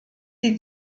sie